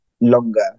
longer